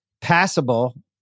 passable